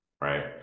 right